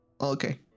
Okay